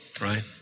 Right